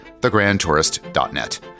thegrandtourist.net